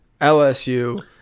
LSU